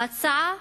ההצעה,